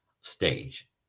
stage